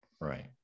right